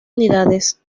unidades